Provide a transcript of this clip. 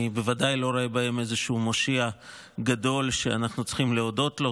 אני בוודאי לא רואה בהם איזשהו מושיע גדול שאנחנו צריכים להודות לו,